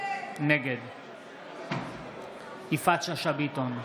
נגד יפעת שאשא ביטון,